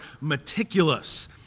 meticulous